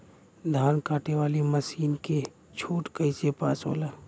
धान कांटेवाली मासिन के छूट कईसे पास होला?